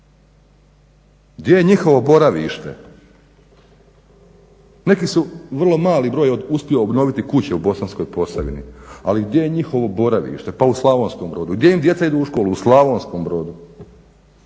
Gdje je njihovo boravište? Neki su, vrlo mali broj je uspio obnoviti kuće u Bosanskoj Posavini, ali gdje je njihovo boravište? Pa u Slavonskom Brodu. Gdje im djeca idu u školu? U Slavonskom Brodu.